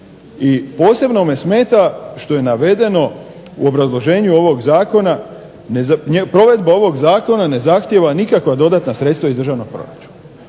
I posebno me smeta što je navedeno u obrazloženju ovog zakona provedba ovog Zakona ne zahtijeva nikakva dodatna sredstva iz državnog proračuna.